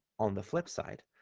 on the flip side,